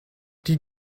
die